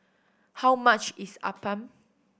how much is appam